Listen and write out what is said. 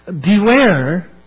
Beware